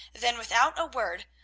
than without a word,